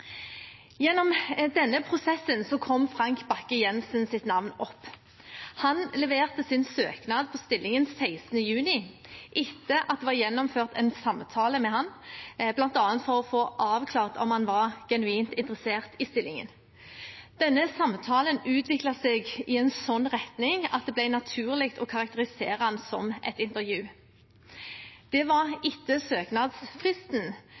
Gjennom denne prosessen kom Frank Bakke-Jensens navn opp. Han leverte sin søknad på stillingen 16. juni, etter at det var gjennomført en samtale med ham bl.a. for å få avklart om han var genuint interessert i stillingen. Denne samtalen utviklet seg i en sånn retning at det ble naturlig å karakterisere den som et intervju. Det var etter søknadsfristen,